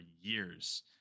years